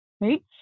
right